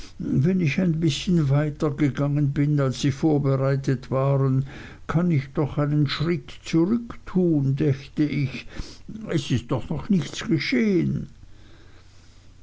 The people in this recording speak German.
wenn ich ein bißchen weiter gegangen bin als sie vorbereitet waren kann ich doch einen schritt zurück tun dächte ich es ist doch noch nichts geschehen